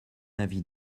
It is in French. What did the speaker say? avis